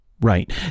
right